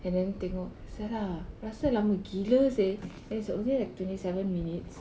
and then tengok !siala! rasa lama gila seh and it's only like twenty seven minutes